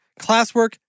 classwork